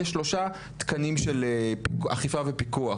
יש שלושה תקנים של אכיפה ופיקוח.